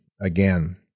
again